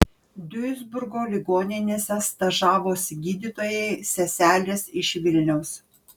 duisburgo ligoninėse stažavosi gydytojai seselės iš vilniaus